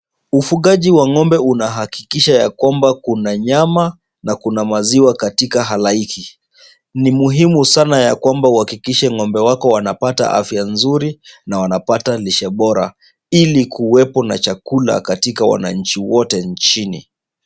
Ufugaji wa ng'ombe unahakikisha ya kwamba kuna nyama na kuna maziwa katika halaiki. Ni muhimu sana ya kwamba uhakikishe ng'ombe wako wanapata afya nzuri na wanapata lishe bora ili kuwepo na chakula katika wananchi wote nchini.